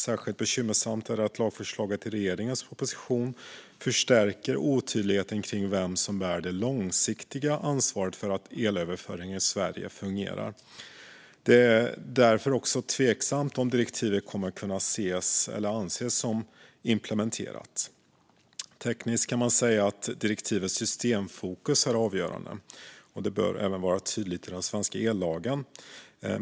Särskilt bekymmersamt är det att lagförslaget i regeringens proposition förstärker otydligheten kring vem som bär det långsiktiga ansvaret för att elöverföringen i Sverige fungerar. Det är därför tveksamt om direktivet kommer att kunna anses vara implementerat. Tekniskt kan man säga att direktivets systemfokus är avgörande. Det bör vara tydligt även i den svenska ellagen.